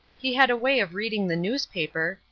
he had a way of reading the newspaper,